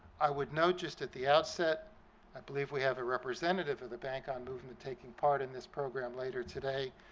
i would note just at the outset i believe we have a representative of the bank on movement taking part in this program later today,